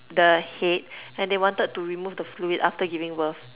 the head and they wanted to remove the fluid after giving birth